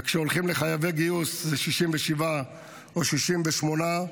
וכשהולכים לחייבי גיוס, זה 67% או 68%,